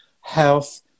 health